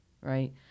Right